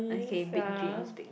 okay big dreams big